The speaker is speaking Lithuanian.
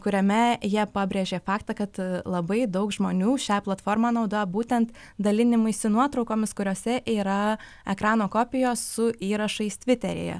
kuriame jie pabrėžė faktą kad labai daug žmonių šią platformą naudoja būtent dalinimuisi nuotraukomis kuriose yra ekrano kopijos su įrašais tviteryje